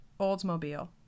Oldsmobile